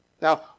Now